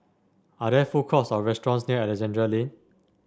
are there food courts or restaurants near Alexandra Lane